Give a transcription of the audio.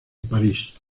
parís